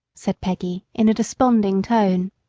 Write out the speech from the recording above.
said peggy, in a desponding tone.